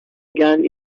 gun